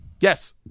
Yes